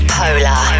polar